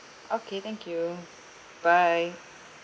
okay thank you bye